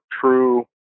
true